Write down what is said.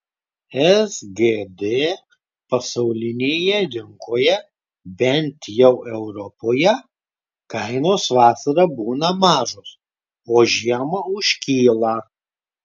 sgd pasaulinėje rinkoje bent jau europoje kainos vasarą būna mažos o žiemą užkyla